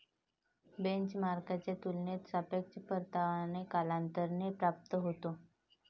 बेंचमार्कच्या तुलनेत सापेक्ष परतावा कालांतराने प्राप्त होतो